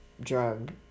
drug